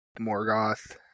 Morgoth